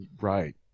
Right